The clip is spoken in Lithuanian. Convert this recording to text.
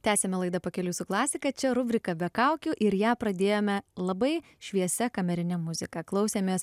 tęsiame laidą pakeliui su klasika čia rubrika be kaukių ir ją pradėjome labai šviesia kamerine muzika klausėmės